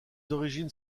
origines